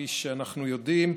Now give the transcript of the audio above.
כפי שאנחנו יודעים,